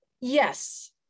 Yes